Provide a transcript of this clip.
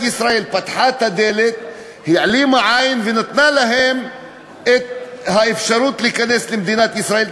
דעתו של המבקר נתקבלה ולא של המבוקר.